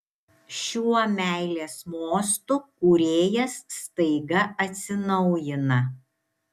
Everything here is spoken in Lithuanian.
šiuo meilės mostu kūrėjas staiga atsinaujina